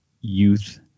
youth